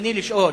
רצוני לשאול,